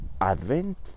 advent